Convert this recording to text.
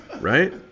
right